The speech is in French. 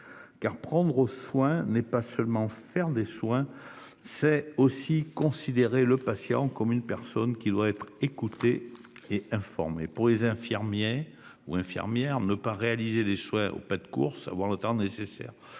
eux. Prendre soin, ce n'est pas seulement faire des soins, c'est aussi considérer le patient comme une personne qui doit être écoutée et informée. Pour les infirmiers et infirmières, il s'agit de ne pas réaliser les soins au pas de course, d'avoir le temps nécessaire